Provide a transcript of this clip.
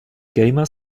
gamer